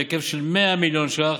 בהיקף של 100 מיליון ש"ח.